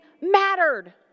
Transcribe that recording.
mattered